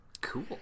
Cool